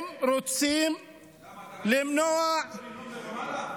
הם רוצים למנוע, למה, ראית, ברמאללה?